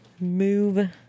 move